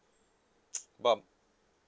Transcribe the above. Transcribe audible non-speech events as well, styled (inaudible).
(noise) but